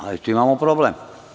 Ali, tu imamo problem.